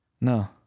No